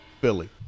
Philly